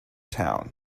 town